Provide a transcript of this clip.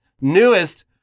newest